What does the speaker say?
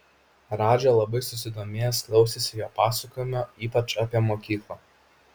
radža labai susidomėjęs klausėsi jo pasakojimo ypač apie mokyklą